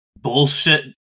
Bullshit